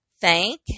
Thank